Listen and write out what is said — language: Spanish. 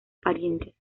parientes